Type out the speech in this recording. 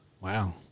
Wow